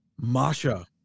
masha